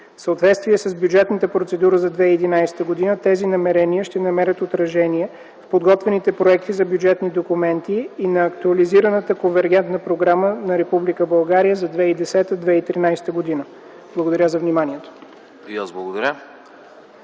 В съответствие с бюджетната процедура за 2011 г. тези намерения ще намерят отражение в подготвените проекти за бюджетни документи и на актуализираната конвергентна програма на Република България за 2010-2013 г. Благодаря.